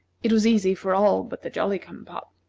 it was easy for all but the jolly-cum-pop.